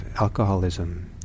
alcoholism